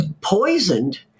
poisoned